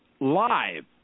live